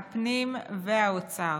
הפנים והאוצר.